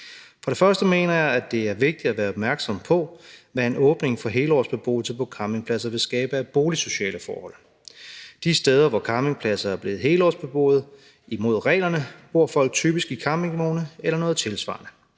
For det første mener jeg, at det er vigtigt at være opmærksom på, hvad en åbning for helårsbeboelse på campingpladser vil skabe af boligsociale forhold. De steder, hvor campingpladser er blevet helårsbeboede imod reglerne, bor folk typisk i campingvogne eller noget tilsvarende.